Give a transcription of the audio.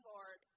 Lord